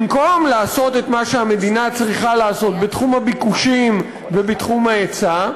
במקום לעשות את מה שהמדינה צריכה לעשות בתחום הביקושים ובתחום ההיצע,